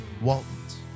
Waltons